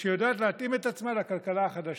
שיודעת להתאים את עצמה לכלכלה החדשה,